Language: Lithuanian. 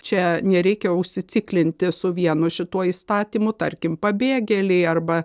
čia nereikia užsiciklinti su vienu šituo įstatymu tarkim pabėgėliai arba